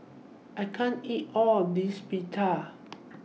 I can't eat All of This Pita